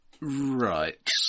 Right